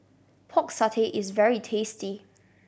Pork Satay is very tasty